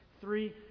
three